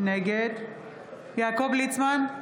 נגד יעקב ליצמן,